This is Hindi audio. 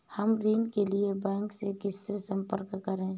हम ऋण के लिए बैंक में किससे संपर्क कर सकते हैं?